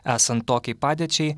esant tokiai padėčiai